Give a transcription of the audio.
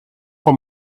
for